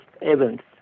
events